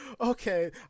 Okay